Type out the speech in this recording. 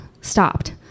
stopped